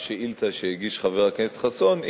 לשאילתא שהגיש חבר הכנסת חסון,